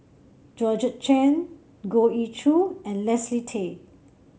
Georgette Chen Goh Ee Choo and Leslie Tay